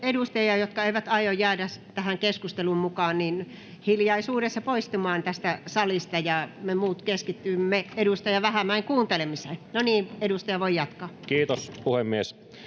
edustajia, jotka eivät aio jäädä tähän keskusteluun mukaan, hiljaisuudessa poistumaan tästä salista, ja me muut keskitymme edustaja Vähämäen kuuntelemiseen. — No niin, edustaja voi jatkaa. Näin. Meni